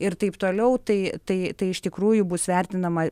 ir taip toliau tai tai tai iš tikrųjų bus vertinama